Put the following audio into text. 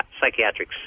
psychiatric